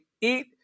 eat